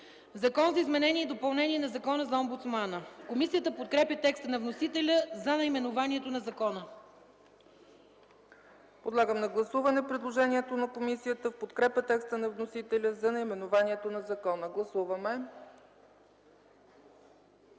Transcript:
„Закон за изменение и допълнение на Закона за омбудсмана”. Комисията подкрепя текста на вносителя за наименованието на закона. ПРЕДСЕДАТЕЛ ЦЕЦКА ЦАЧЕВА: Подлагам на гласуване предложението на комисията в подкрепа текста на вносителя за наименованието на закона. Гласували